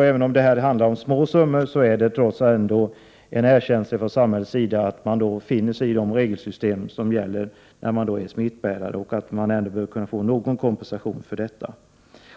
Även om det här handlar om små summor, så är det fråga om en erkänsla från samhällets sida för att man finner sig i de 65 regelsystem som gäller när man är smittbärare. Man bör ändå kunna få någon kompensation för detta.